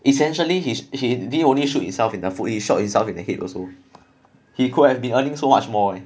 essentially his he did only shoot himself in the foot he shot himself in the head also he could have been earning so much more leh